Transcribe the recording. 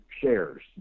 shares